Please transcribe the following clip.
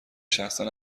شخصا